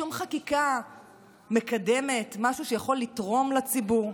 אין שום חקיקה מקדמת, משהו שיכול לתרום לציבור.